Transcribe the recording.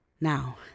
Now